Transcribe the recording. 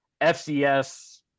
FCS